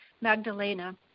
Magdalena